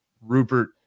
rupert